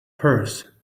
purse